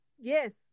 yes